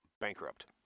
Bankrupt